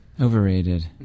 Overrated